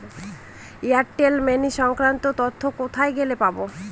Airtel money সংক্রান্ত তথ্য কোথায় গেলে পাব?